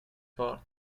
kvar